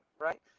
right